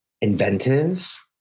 inventive